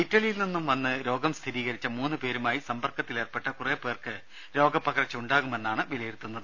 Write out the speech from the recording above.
ഇറ്റലിയിൽ നിന്നും വന്ന് രോഗം സ്ഥിരീകരിച്ച മൂന്ന് പേരുമായി സമ്പർക്കത്തിലേർപ്പെട്ട കുറേ പേർക്ക് രോഗപകർച്ച ഉണ്ടാകുമെന്നാണ് വിലയിരുത്തുന്നത്